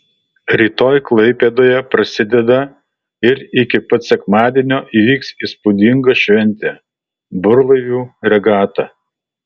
rytoj klaipėdoje prasideda ir iki pat sekmadienio vyks įspūdinga šventė burlaivių regata